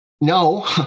No